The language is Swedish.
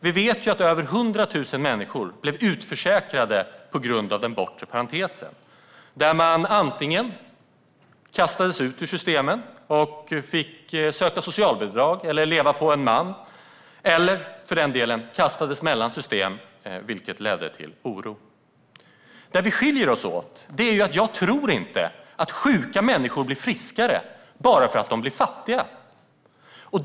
Vi vet att över 100 000 människor blev utförsäkrade på grund av den bortre parentesen. Antingen kastades de ut ur systemen och fick söka socialbidrag eller leva på maken, eller så kastades de mellan systemen, vilket ledde till oro. Där vi skiljer oss åt är att jag inte tror att sjuka människor blir friskare bara för att de blir fattiga.